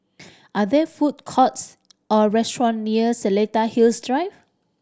are there food courts or restaurant near Seletar Hills Drive